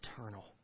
eternal